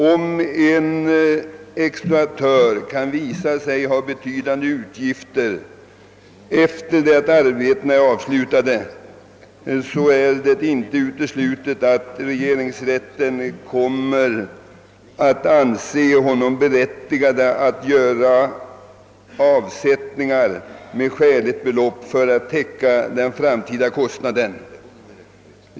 Om en exploatör kan visa att han får betydande utgifter efter det att arbetena är avslutade är det inte uteslutet, att regeringsrätten kommer att anse vederbörande berättigad att göra avsättningar med skäligt belopp för att täcka den framtida kostnaden.